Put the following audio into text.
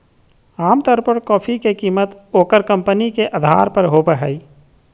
आमतौर पर कॉफी के कीमत ओकर कंपनी के अधार पर होबय हइ